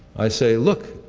i say look,